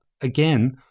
again